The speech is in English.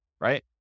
right